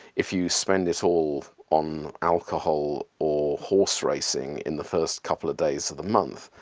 if you spend it all on alcohol or horse racing in the first couple of days of the month,